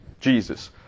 Jesus